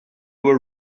were